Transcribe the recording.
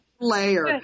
layer